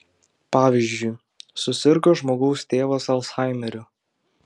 pavyzdžiui susirgo žmogaus tėvas alzhaimeriu